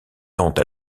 tente